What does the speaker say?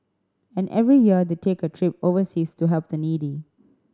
and every year they take a trip overseas to help the needy